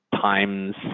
times